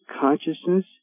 consciousness